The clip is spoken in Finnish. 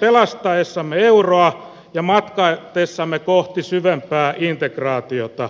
pelastaessamme euroa ja matkatessamme kohti syvempää integraatiota